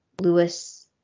Lewis –